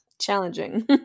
challenging